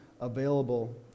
available